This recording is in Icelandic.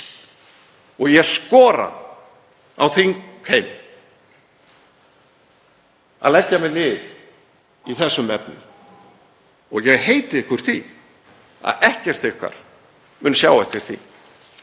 Ég skora á þingheim að leggja mér lið í þessum efnum og ég heiti ykkur því að ekkert ykkar mun sjá eftir því.